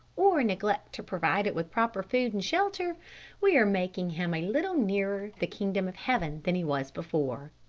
or neglect to provide it with proper food and shelter we are making him a little nearer the kingdom of heaven than he was before.